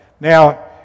Now